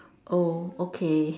oh okay